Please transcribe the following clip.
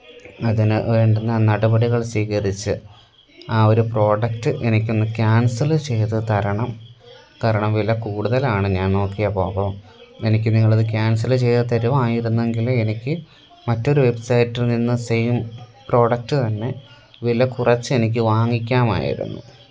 അതിനു വേണ്ടുന്ന നടപടികള് സ്വീകരിച്ച് ആ ഒരു പ്രോഡക്റ്റ് എനിക്കൊന്ന് കാന്സല് ചെയ്തുതരണം കാരണം വില കൂടുതലാണ് ഞാന് നോക്കിയപ്പോള് അപ്പോള് എനിക്ക് നിങ്ങളത് കാന്സല് ചെയ്തു തരുവായിരുന്നെങ്കില് എനിക്ക് മറ്റൊരു വെബ്സൈറ്റില് നിന്ന് സെയിം പ്രോഡക്റ്റ് തന്നെ വിലകുറച്ചെനിക്ക് വാങ്ങിക്കാമായിരുന്നു